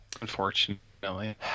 Unfortunately